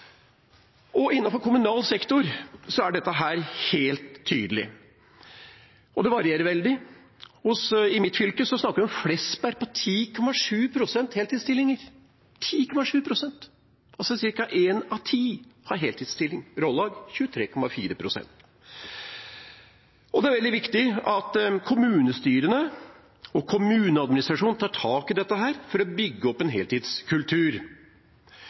kommunal sektor er dette helt tydelig, og det varierer veldig. I mitt fylke har Flesberg 10,7 pst. heltidsstillinger – 10,7 pst. – altså ca. én av ti har heltidsstilling. Rollag har 23,4 pst. Det er veldig viktig at kommunestyrene og kommuneadministrasjonen tar tak i dette for å bygge opp en heltidskultur.